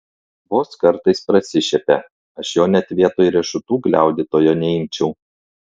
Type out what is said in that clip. vos kartais prasišiepia aš jo net vietoj riešutų gliaudytojo neimčiau